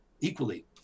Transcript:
equally